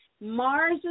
Mars